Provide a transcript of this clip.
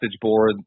board